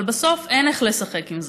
אבל בסוף אין איך לשחק עם זה.